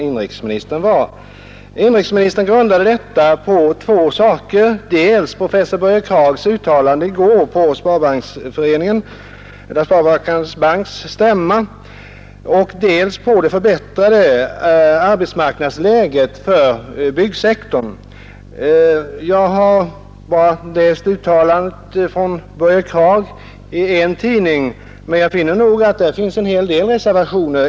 Inrikesministern grundade sin optimism på två ting, dels på professor Börje Kraghs uttalande i går vid Sparbankernas banks bolagsstämma, dels på det förbättrade arbetsmarknadsläget inom byggsektorn. Jag har bara läst Börje Kraghs uttalande i en tidning, men jag har funnit att där finns en hel del reservationer.